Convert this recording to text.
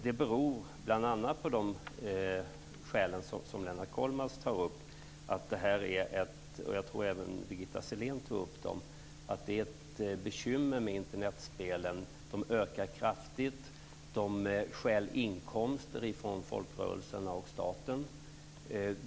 Det beror bl.a. på de skäl som Lennart Kollmats tar upp, och jag tror att även Birgitta Sellén tog upp dem. Det är ett bekymmer med Internetspelen. De ökar kraftigt. De stjäl inkomster från folkrörelserna och staten.